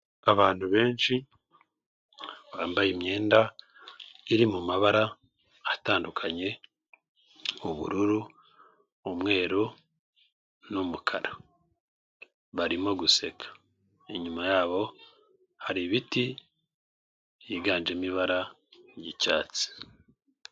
Abantu benshi bambaye imyenda iri mu mabara atandukanye ubururu, umweru n'umukara, barimo guseka, inyuma yabo hari ibiti byiganjemo ibara ry'icyatsi.